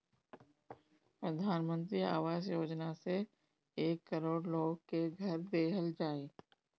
प्रधान मंत्री आवास योजना से एक करोड़ लोग के घर देहल जाई